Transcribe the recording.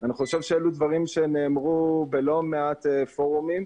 אני חושב שאלו דברים שנאמרו בלא מעט פורומים.